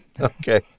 Okay